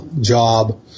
job